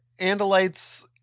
Andalites